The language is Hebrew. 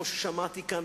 כמו ששמעתי כאן,